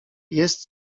jest